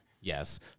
Yes